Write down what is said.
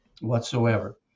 whatsoever